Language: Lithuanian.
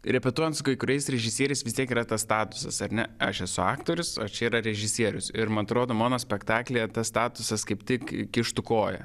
repetuojant su kai kuriais režisierius vis dekretas statusas ar ne aš esu aktorius o čia yra režisierius ir man atrodo mono spektaklyje tas statusas kaip tik įkištų koją